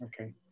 Okay